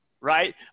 right